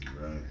right